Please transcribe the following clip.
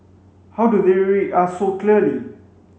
how do they read us so clearly